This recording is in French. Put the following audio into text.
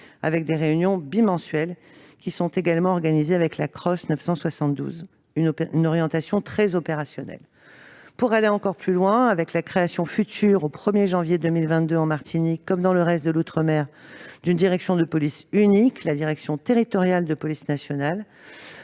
Des réunions bimensuelles sont également organisées avec la Cross 972, avec une orientation très opérationnelle. Pour aller encore plus loin, la création au 1 janvier 2022, en Martinique comme dans le reste de l'outre-mer, d'une direction de police unique, la direction territoriale de la police nationale